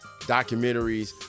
Documentaries